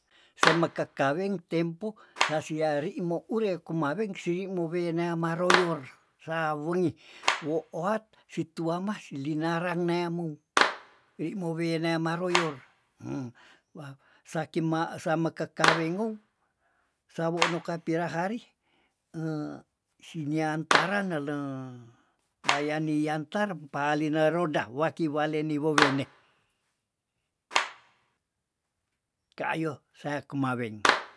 Semeka kaweng tempo sasiari mo ure kumaweng si muwenea maroyor sa wengi wo oat situama silinarang neamou li muwe nea maroyor wah saki ma same kekaweng ngou sawo no kapirahari sini antarang nele bayani yantar paline roda waki waleni wewene, kayo sea kumaweng.